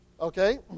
Okay